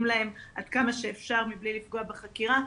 להם עד כמה שאפשר מבלי לפגוע בחקירה,